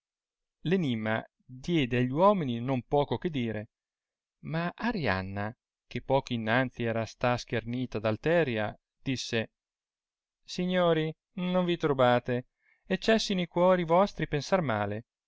l'enimma diede agli uomini non poco che dire ma arianna che poco innanzi era sta schernita da alteria disse signori non vi turbate e cessino i cuori vostri pensar male